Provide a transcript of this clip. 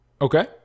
okay